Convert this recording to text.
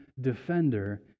defender